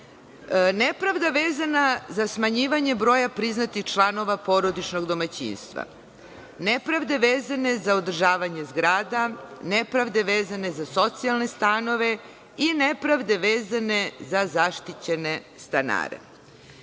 nepravda vezana za smanjivanje broja priznatih članova porodičnog domaćinstva, nepravde vezane za održavanje zgrada, nepravde vezane za socijalne stanove i nepravde vezane za zaštićene stanare.